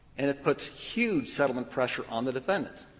and it puts huge settlement pressure on the defendant.